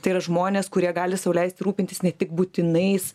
tai yra žmonės kurie gali sau leisti rūpintis ne tik būtinais